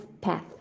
Path